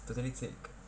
totally thick